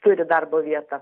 turi darbo vietą